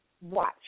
watch